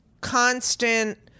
constant